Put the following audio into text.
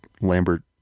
Lambert